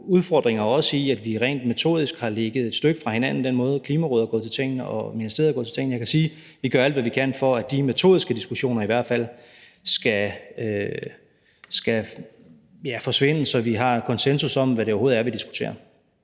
udfordringer, også i, at vi rent metodisk har ligget et stykke fra hinanden i den måde, Klimarådet er gået til tingene på og ministeriet er gået til tingene på. Jeg kan sige, at vi gør alt, hvad vi kan, for, at de metodiske diskussioner i hvert fald skal forsvinde, så vi har konsensus om, hvad det overhovedet er, vi diskuterer.